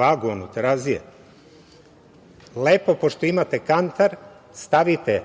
vagu, terazije. Lepo, pošto imate kantar, stavite